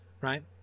right